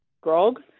grog